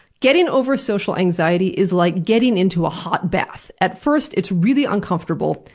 getting over social anxiety is like getting into a hot bath at first it's really uncomfortable,